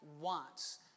wants